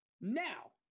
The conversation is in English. now